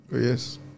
Yes